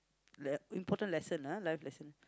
the important lesson ah life lesson